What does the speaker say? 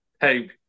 Hey